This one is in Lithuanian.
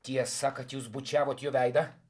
tiesa kad jūs bučiavot jo veidą